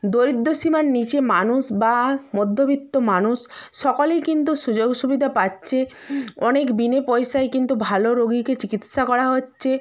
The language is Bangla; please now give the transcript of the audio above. দরিদ্র সীমার নিচে মানুষ বা মধ্যবিত্ত মানুষ সকলেই কিন্তু সুযোগ সুবিধা পাচ্ছে অনেক বিনা পয়সায় কিন্তু ভালো রোগীকে চিকিৎসা করা হচ্ছে